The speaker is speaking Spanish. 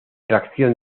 tracción